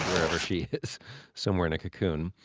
wherever she is somewhere in a cocoon.